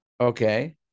okay